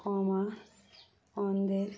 কমা অন্দর